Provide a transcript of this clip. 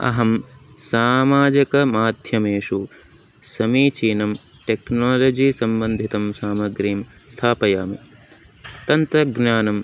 अहं सामाजिकमाध्यमेषु समीचीनं टेक्नालजीसम्बन्धितं सामग्रीं स्थापयामि तन्त्रज्ञानम्